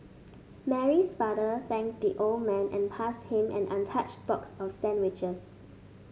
Mary's father thanked the old man and passed him an untouched box of sandwiches